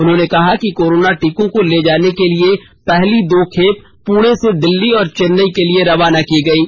उन्होंने कहा कि कोरोना टीकों को ले जाने के लिए पहली दो खेप पुणे से दिल्ली और चेन्नई के लिए रवाना की गईं